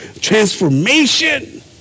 transformation